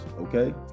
okay